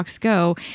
Go